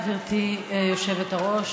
גברתי היושבת-ראש,